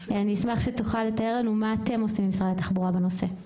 אני אשמח שתוכל לתאר לנו מה אתם עושים במשרד התחבורה בנושא.